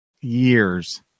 years